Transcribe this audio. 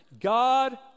God